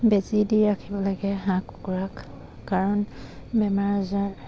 বেজী দি ৰাখিব লাগে হাঁহ কুকুৰাক কাৰণ বেমাৰ আজাৰ